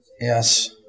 Yes